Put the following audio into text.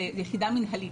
זו יחידה מנהלית,